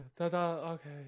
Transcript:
Okay